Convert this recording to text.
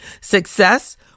Success